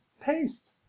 Paste